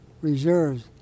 reserves